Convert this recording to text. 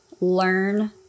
learn